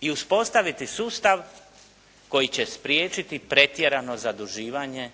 i uspostaviti sustav koji će spriječiti pretjerano zaduživanje